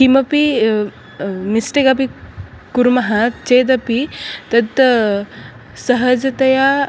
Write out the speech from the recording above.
किमपि मिस्टेक् अपि कुर्मः चेदपि तत् सहजतया